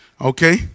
Okay